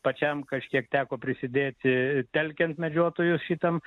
pačiam kažkiek teko prisidėti telkiant medžiotojus šitam